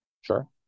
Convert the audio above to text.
Sure